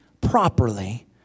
properly